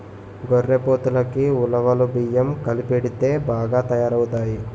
గొర్రెపోతులకి ఉలవలు బియ్యం కలిపెడితే బాగా తయారవుతాయి